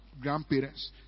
grandparents